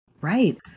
Right